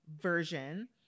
version